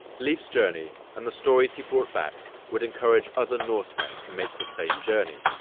leif's journey and the stories he brought back would encourage other norsemen to make the same journey.